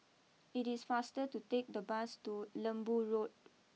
it is faster to take the bus to Lembu Road